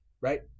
right